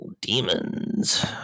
Demons